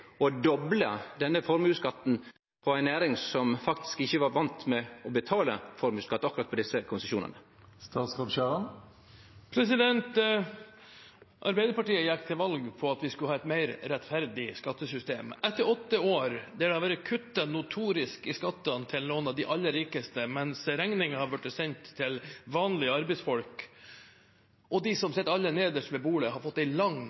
doble formuesskatten for ei næring som ikkje var vane med å betale formuesskatt på akkurat desse konsesjonane? Arbeiderpartiet gikk til valg på at vi skulle ha et mer rettferdig skattesystem. Etter åtte år der det har blitt kuttet notorisk i skattene til noen av de aller rikeste, mens regningen har blitt sendt til vanlige arbeidsfolk, og de som sitter aller nederst ved bordet, har fått en lang,